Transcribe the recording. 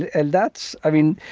and that's i mean,